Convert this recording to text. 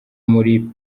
muri